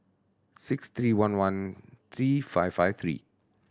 six three one one three five five three